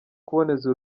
kuboneza